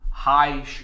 High